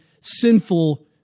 sinful